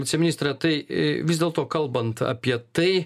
viceministre tai į vis dėlto kalbant apie tai